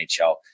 NHL